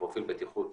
פרופיל בטיחות